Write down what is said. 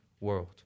world